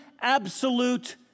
absolute